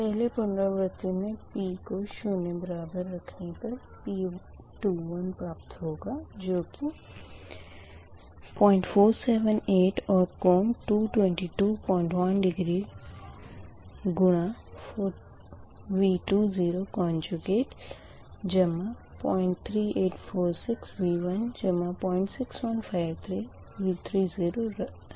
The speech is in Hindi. पहली पुनरावर्ती मे p को शून्य बराबर रखने पर V21 प्राप्त होगा जो कि 00478 और कोण 2221 डिग्री गुणा V20 कोंजूगेट जमा 03846 V1 जमा 06153 V30 right है